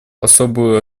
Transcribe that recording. особую